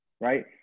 right